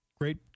Great